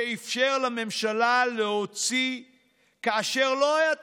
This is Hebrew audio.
שאפשר לממשלה להוציא כאשר לא היה תקציב"